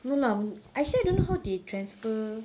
no lah actually I don't know how they transfer